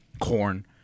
corn